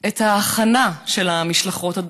את ההכנה של המשלחות.